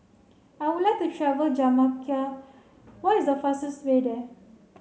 I would like to travel Jamaica what is the fastest way there